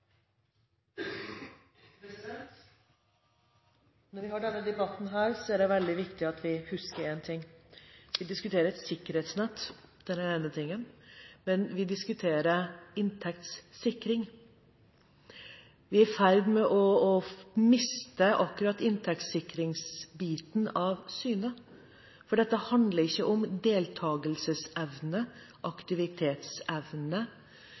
det veldig viktig at vi husker mer enn én ting: Vi diskuterer et sikkerhetsnett – det er det ene – men vi diskuterer også inntektssikring. Vi er i ferd med å miste akkurat inntektssikringsbiten av syne. Dette handler ikke om deltagelsesevne,